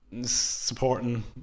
supporting